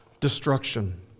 destruction